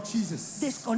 Jesus